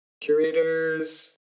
Curators